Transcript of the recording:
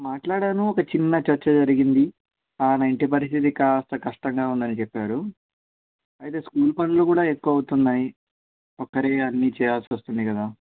మాట్లాడాను ఒక చిన్న చర్చ జరిగింది ఆయన ఇంటి పరిస్థితి కాస్త కష్టంగా ఉందని చెప్పారు అయితే స్కూల్ పనులు కూడా ఎక్కువ అవుతున్నాయి ఒక్కరే అన్నీ చేయాల్సి వస్తుంది కదా